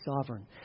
sovereign